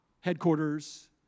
headquarters